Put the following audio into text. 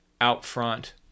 out-front